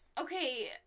Okay